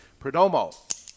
Perdomo